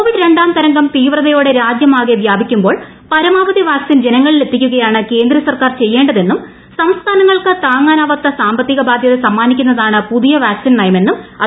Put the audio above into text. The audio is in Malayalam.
കോവിഡ് രണ്ടാംതരംഗം തീവ്രതയോടെ രാജ്യമാകെ വ്യാപിക്കുമ്പോൾ പരമാവധി വാക്സിൻ ജനങ്ങളിലെത്തിക്കുകയാണ് കേന്ദ്രസർക്കാർ സംസ്ഥാനങ്ങൾക്ക് താങ്ങാനാവാത്ത സാമ്പത്തിക ബാന്യത സമ്മാനിക്കുന്നതാണ് പുതിയ വാക്സിൻ നയമെന്നും അദ്ദേഹം പറഞ്ഞു